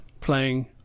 playing